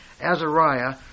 Azariah